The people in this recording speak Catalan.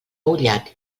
ullat